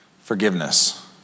forgiveness